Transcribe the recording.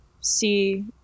see